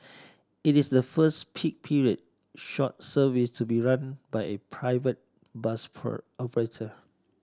it is the first peak period short service to be run by a private bus operator